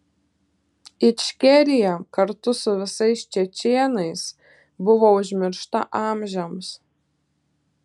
ičkerija kartu su visais čečėnais buvo užmiršta amžiams